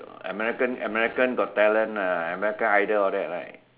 American American got talent American idol all that right